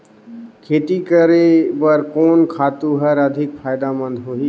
खेती करे बर कोन खातु हर अधिक फायदामंद होही?